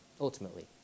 ultimately